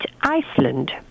Iceland